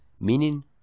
meaning